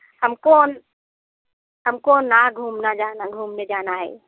हमको हमको उन्नाव घूमना जाना घूमने जाना है